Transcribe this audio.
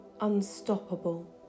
unstoppable